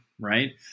right